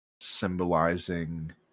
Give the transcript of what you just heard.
symbolizing